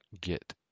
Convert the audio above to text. get